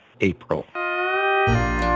April